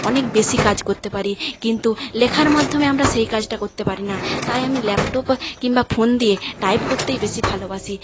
অনেক বেশি কাজ করতে পারি কিন্তু লেখার মাধ্যমে আমরা সেই কাজটা করতে পারি না তাই আমি ল্যাপটপ কিংবা ফোন দিয়ে টাইপ করতেই বেশি ভালোবাসি